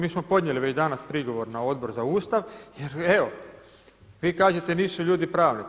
Mi smo podnijeli već danas prigovor na Odbor za Ustav jer evo vi kažete nisu ljudi pravnici.